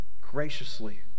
graciously